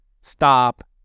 stop